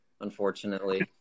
unfortunately